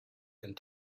and